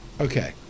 Okay